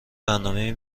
برنامهای